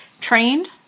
trained